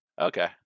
Okay